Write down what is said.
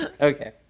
Okay